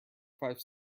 five